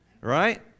right